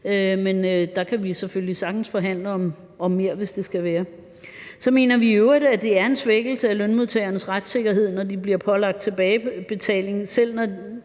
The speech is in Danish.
men vi kan selvfølgelig sagtens forhandle om mere, hvis det skal være. Så mener vi i øvrigt, at det er en svækkelse af lønmodtagernes retssikkerhed, når de bliver pålagt tilbagebetaling,